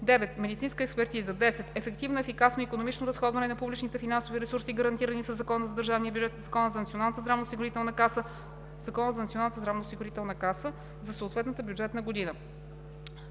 9. медицинска експертиза; 10. ефективно, ефикасно и икономично разходване на публичните финансови ресурси, гарантирани със Закона за държавния бюджет и Закона за Националната здравноосигурителна каса за съответната бюджетна година.“